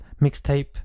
mixtape